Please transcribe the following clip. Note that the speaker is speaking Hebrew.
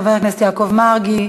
חבר הכנסת יעקב מרגי,